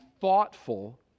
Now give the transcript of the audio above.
thoughtful